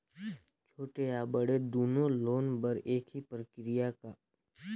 छोटे या बड़े दुनो लोन बर एक ही प्रक्रिया है का?